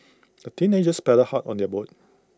the teenagers paddled hard on their boat